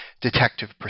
Detective